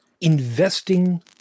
investing